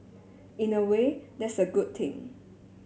in a way that's a good thing